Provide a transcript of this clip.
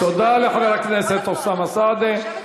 תודה לחבר הכנסת אוסאמה סעדי.